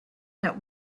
that